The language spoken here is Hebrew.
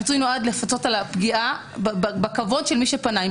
הפיצוי נועד לפצות על הפגיעה בכבוד של מי שפנה.